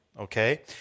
Okay